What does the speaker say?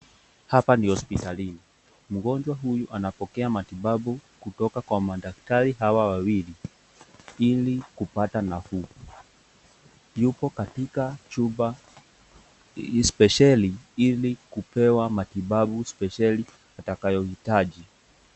Hapa ni hospitalini, mgonjwa huyu anapokea matibabu kutoka kwa madaktari hawa wawili ili kupata nafuu. Yupo katika chumba spesheli ili kupewa matibabu spesheli atakayoitaji.